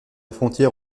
frontière